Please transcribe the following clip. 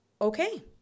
okay